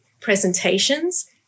presentations